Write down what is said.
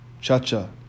Chacha